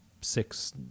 six